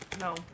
No